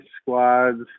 squads